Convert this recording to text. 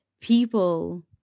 people